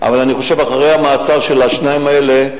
אבל אני חושב שאחרי המעצר של השניים האלה,